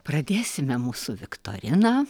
pradėsime mūsų viktoriną